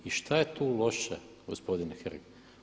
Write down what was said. I šta je tu loše gospodine Hrg?